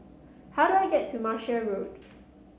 how do I get to Martia Road